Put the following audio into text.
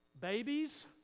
babies